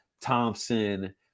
thompson